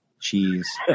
Cheese